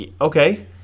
Okay